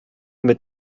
mit